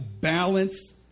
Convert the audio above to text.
Balance